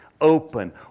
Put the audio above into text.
open